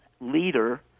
leader